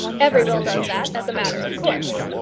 every will does that as a matter of course.